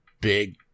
big